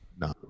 no